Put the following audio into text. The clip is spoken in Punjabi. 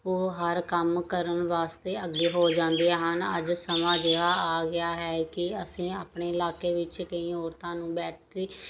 ਉਹ ਹਰ ਕੰਮ ਕਰਨ ਵਾਸਤੇ ਅੱਗੇ ਹੋ ਜਾਂਦੀਆਂ ਹਨ ਅੱਜ ਸਮਾਂ ਅਜਿਹਾ ਆ ਗਿਆ ਹੈ ਕਿ ਅਸੀਂ ਆਪਣੇ ਇਲਾਕੇ ਵਿੱਚ ਕਈ ਔਰਤਾਂ ਨੂੰ ਬੈਟਰੀ